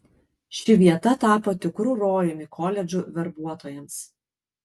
ši vieta tapo tikru rojumi koledžų verbuotojams